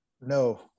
No